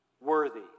Worthy